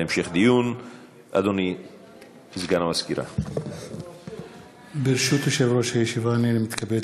לכן אני אבקש לקיים דיון ייחודי ותשובות אשר לאיך מתקדמים